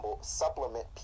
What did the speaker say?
supplement